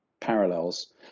parallels